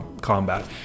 combat